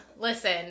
listen